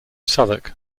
southwark